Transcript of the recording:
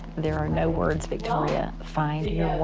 there are no words victoria, find